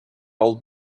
old